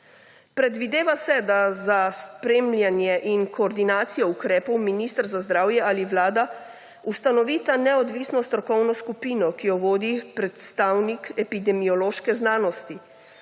Predvideva se, da za spremljanje in koordinacijo ukrepov minister za zdravje ali Vlada ustanovita neodvisno strokovno skupino, ki jo vodi predstavnik epidemiološke znanosti,